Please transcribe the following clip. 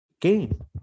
game